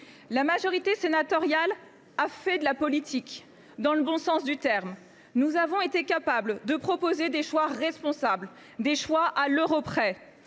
La majorité sénatoriale a fait de la politique, dans le bon sens du terme. Nous avons été capables de proposer des choix responsables, « à l’euro près